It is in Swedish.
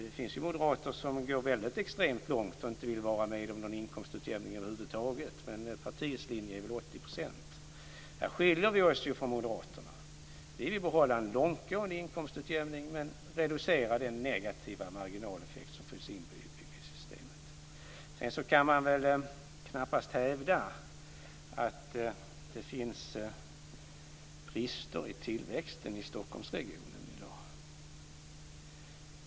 Det finns ju moderater som går extremt långt och inte vill vara med om någon inkomstutjämning över huvud taget, men partiets linje är väl 80 %. Men vi skiljer oss alltså från moderaterna i det här avseendet. Vi vill behålla en långtgående inkomstutjämning men reducera den negativa marginaleffekt som finns inbyggd i systemet. Man kan knappast hävda att det finns brister i tillväxten i Stockholmsregionen i dag.